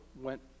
went